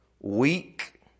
weak